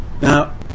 Now